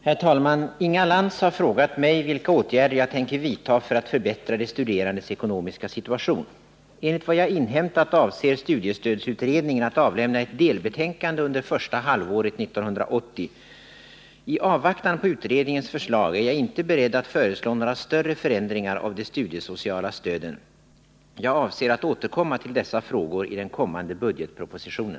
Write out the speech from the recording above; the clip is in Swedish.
Herr talman! Inga Lantz har frågat mig om vilka åtgärder jag tänker vidta för att förbättra de studerandes ekonomiska situation. Enligt vad jag inhämtat avser studiestödsutredningen att avlämna ett delbetänkande under första halvåret 1980. I avvaktan på utredningens förslag är jag inte beredd att föreslå några större förändringar av de studiesociala stöden. Jag avser att återkomma till dessa frågor i den kommande budgetpropositionen.